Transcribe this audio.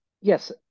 Yes